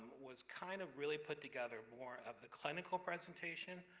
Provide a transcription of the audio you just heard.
was kind of really put together more of the clinical presentation,